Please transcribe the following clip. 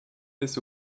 this